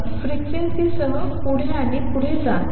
फ्रिक्वेंसीसह पुढे आणि पुढे जात आहे